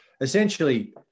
essentially